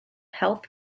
health